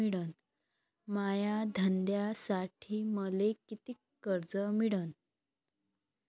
माया धंद्यासाठी मले कितीक कर्ज मिळनं?